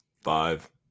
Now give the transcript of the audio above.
Five